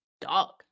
Dog